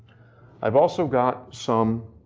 i've also got some,